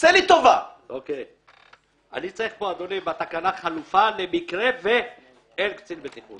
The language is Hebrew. אני צריך בתקנה חלופה למקרה שאין קצין בטיחות.